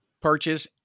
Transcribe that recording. purchase